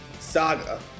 saga